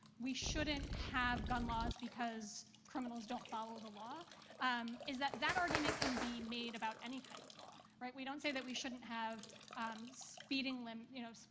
we shouldn't have gun laws because criminals don't follow the law um is that that argument can be made about any kind of law, right? we don't say that we shouldn't have speeding um you know,